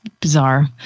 bizarre